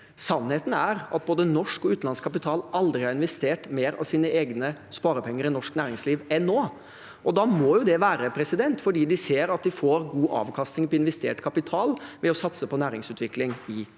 Sannheten er at verken norsk eller utenlandsk kapital har investert mer av egne sparepenger i norsk næringsliv enn nå. Da må det være fordi de ser at de får god avkastning på investert kapital ved å satse på næringsutvikling i Norge.